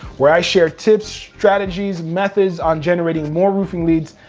where i share tips, strategies, methods on generating more roofing leads,